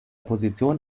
position